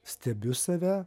stebiu save